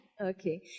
Okay